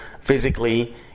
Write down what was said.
physically